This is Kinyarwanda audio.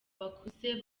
bakuze